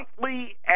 monthly